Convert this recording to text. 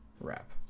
wrap